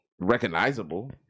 recognizable